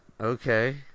Okay